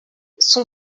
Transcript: son